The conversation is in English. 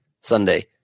Sunday